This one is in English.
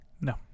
No